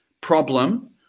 problem